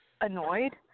annoyed